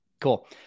cool